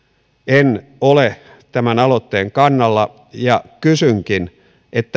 en ole tämän aloitteen kannalla ja kysynkin